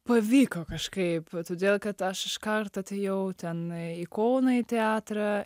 pavyko kažkaip todėl kad aš iškart atėjau ten į kauną į teatrą